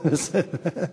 זה בסדר.